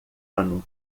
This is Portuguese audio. ano